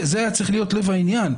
זה היה צריך להיות לב העניין.